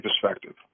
perspective